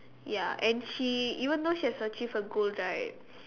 ya and she even though she has achieved her goal right